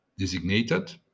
designated